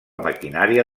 maquinària